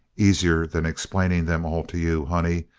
easier than explaining them all to you, honey,